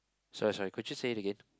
sorry sorry could you say it again